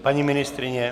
Paní ministryně?